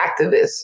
activists